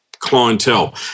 clientele